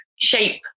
shape